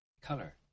color